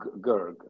Gerg